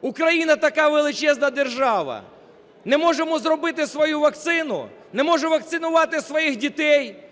Україна – така величезна держава. Не можемо зробити свою вакцину? Не можемо вакцинувати своїх дітей?